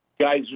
guys